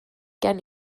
gen